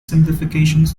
simplifications